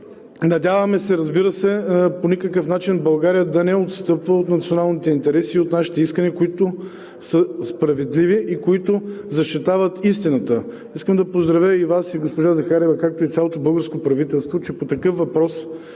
Надяваме се, разбира се, по никакъв начин България да не отстъпва от националните интереси и от нашите искания, които са справедливи и които защитават истината. Искам да поздравя и Вас, и госпожа Захариева, както и цялото българско правителство, че по такъв въпрос,